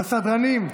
הסדרנים.